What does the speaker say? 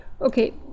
okay